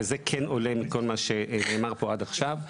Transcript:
וזה כן עולה מכל מה שנאמר פה עד עכשיו,